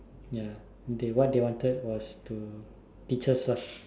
ya they what they wanted was to teach us lah